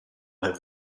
have